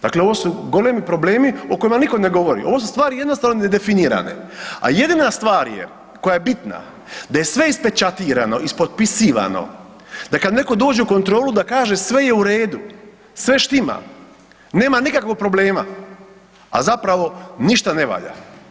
Dakle, ovo su golemi problemi o kojima nitko ne govori, ovo su stvari jednostavno nedefinirane a jedina stvar je koja je bitna, da je sve ispečatirano, ispotpisivano, da kad neko dođe u kontrolu, da kaže sve je u redu, sve štima, nema nikakvog problema a zapravo ništa ne valja.